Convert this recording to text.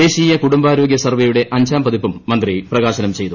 ദേശീയ കുടുംബാരോഗ്യ സർവ്വയുടെ അഞ്ചാം പതിപ്പും മന്ത്രി പ്രകാശനം ചെയ്തു